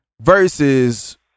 versus